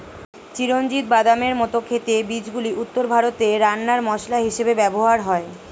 চিরঞ্জিত বাদামের মত খেতে বীজগুলি উত্তর ভারতে রান্নার মসলা হিসেবে ব্যবহার হয়